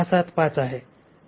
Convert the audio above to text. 675 आहे